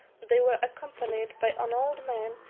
they were accompanied by an old man,